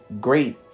great